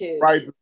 right